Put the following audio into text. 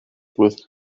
with